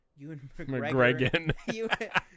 McGregor